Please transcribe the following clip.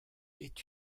est